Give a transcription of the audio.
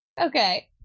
okay